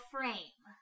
Frame